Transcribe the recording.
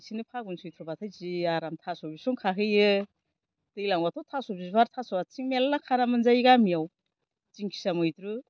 फागुन सैत्रबाथ' जि आराम थास' बिसं खाहैयो दैलांआवथ' थास' बिबार थास' आइथिं मेरला खानानै मोनजायो गामियाव दिंखिया मैद्रु